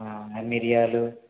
మిరియాలు